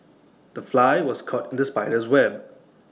the fly was caught in the spider's web